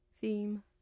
theme